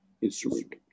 instrument